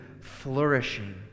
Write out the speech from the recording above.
flourishing